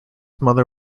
mother